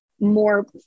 more